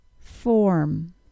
Form